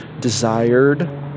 desired